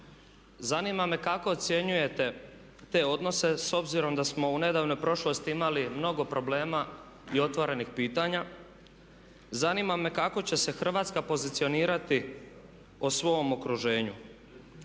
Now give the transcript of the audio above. Zanima me kako ocjenjujete te odnose s obzirom da smo u nedavnoj prošlosti imali mnogo problema i otvorenih pitanja. Zanima me kako će se Hrvatska pozicionirati o svom okruženju.